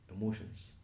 emotions